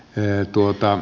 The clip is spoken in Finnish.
eu tuottaa